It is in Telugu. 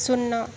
సున్నా